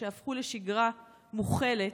שהפכו לשגרה מוכלת,